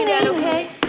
Okay